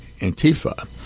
Antifa